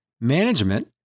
Management